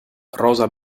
rosa